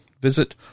visit